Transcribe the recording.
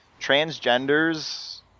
transgenders